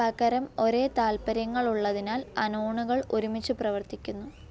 പകരം ഒരേ താൽപ്പര്യങ്ങൾ ഉള്ളതിനാൽ അനോണുകൾ ഒരുമിച്ച് പ്രവർത്തിക്കുന്നു